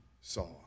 saw